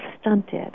stunted